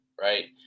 right